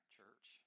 church